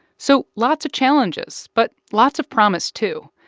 so lots of challenges, but lots of promise, too.